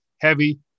heavy